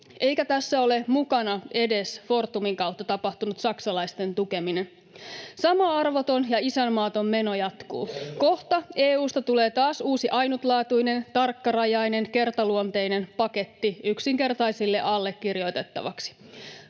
eikä tässä edes ole mukana Fortumin kautta tapahtunut saksalaisten tukeminen. Sama arvoton ja isänmaaton meno jatkuu. Kohta EU:sta tulee taas uusi ainutlaatuinen, tarkkarajainen, kertaluonteinen paketti yksinkertaisille allekirjoitettavaksi.